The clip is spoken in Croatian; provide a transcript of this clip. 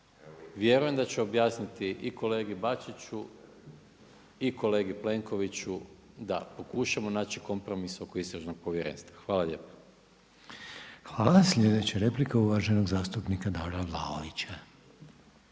vjerujem da će objasniti i kolegi Bačiću, i kolegi Plenkoviću, da pokušamo naći kompromis oko istražnog povjerenstva. Hvala lijepa. **Reiner, Željko (HDZ)** Hvala. Sljedeća replika uvaženog zastupnika Davora Vlaovića.